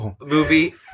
movie